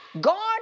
God